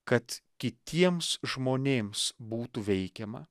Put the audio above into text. kad kitiems žmonėms būtų veikiama